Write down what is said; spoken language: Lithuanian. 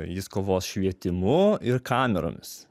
jis kovos švietimu ir kameromis